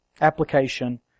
Application